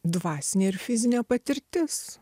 dvasinė ir fizinė patirtis